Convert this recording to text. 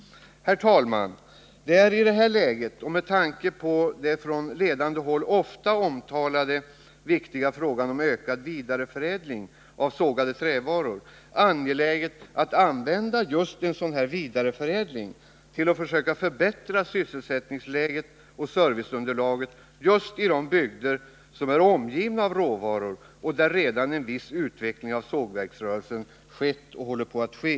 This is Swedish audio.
Herr talman! Det är i detta läge, och med tanke på den på ledande håll ofta diskuterade viktiga frågan om vidareförädling av sågade trävaror, angeläget att använda just vidareförädling för att söka förbättra sysselsättnings och serviceunderlaget i just de bygder som är omgivna av råvaror och där redan en viss utveckling av sågverksrörelsen skett eller håller på att ske.